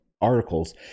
articles